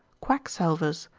quacksalvers,